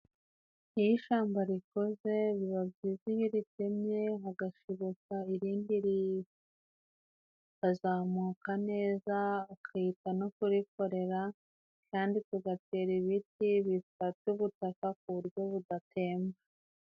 Iyo ishamba rikoze biba byiza iyo uritemye, hagashibuka irindi rikazamuka neza, akita no kurikorera kandi tugatera ibiti bifata ubutaka ku buryo budatemba.